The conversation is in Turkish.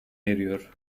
eriyor